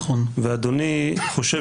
ובכל